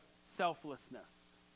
selflessness